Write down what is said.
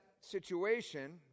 situation